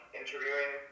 interviewing